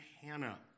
Hannah